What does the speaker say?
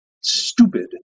stupid